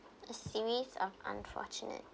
a series of unfortunate